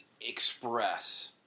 express